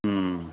ہوں